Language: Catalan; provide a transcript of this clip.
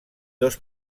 dos